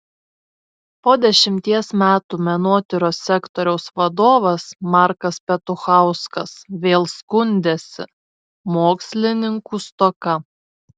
po dešimties metų menotyros sektoriaus vadovas markas petuchauskas vėl skundėsi mokslininkų stoka